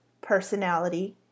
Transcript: personality